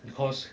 because